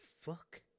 fuck